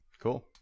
cool